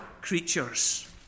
creatures